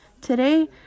today